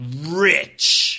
rich